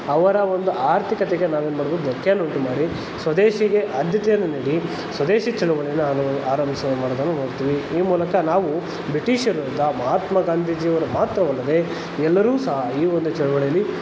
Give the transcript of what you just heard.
ಅವರ ಒಂದು ಆರ್ಥಿಕತೆಗೆ ನಾವೇನು ಮಾಡಬೇಕು ಧಕ್ಕೆಯನ್ನು ಉಂಟು ಮಾಡಿ ಸ್ವದೇಶಿಗೆ ಆದ್ಯತೆಯನ್ನು ನೀಡಿ ಸ್ವದೇಶಿ ಚಳುವಳಿಯನ್ನು ಆನು ಆರಂಭಿಸಿರು ಮಾಡುವುದನ್ನು ನೋಡ್ತೀವಿ ಈ ಮೂಲಕ ನಾವು ಬ್ರಿಟಿಷರ ವಿರುದ್ಧ ಮಹಾತ್ಮ ಗಾಂಧೀಜಿಯರು ಮಾತ್ರವಲ್ಲದೇ ಎಲ್ಲರೂ ಸಹ ಈ ಒಂದು ಚಳುವಳಿಯಲ್ಲಿ